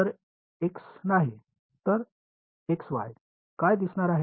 काय दिसणार आहे